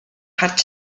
харж